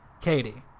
katie